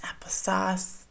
applesauce